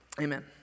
Amen